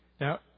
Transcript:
Now